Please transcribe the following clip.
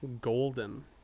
golden